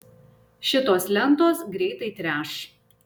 šitos lentos greitai treš